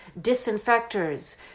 disinfectors